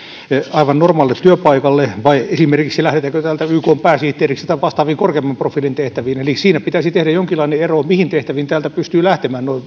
aivan normaalille työpaikalle vai lähdetäänkö täältä esimerkiksi ykn pääsihteeriksi tai vastaaviin korkeamman profiilin tehtäviin eli siinä pitäisi tehdä jonkinlainen ero mihin tehtäviin täältä pystyy lähtemään noin